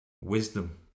wisdom